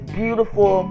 beautiful